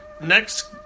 Next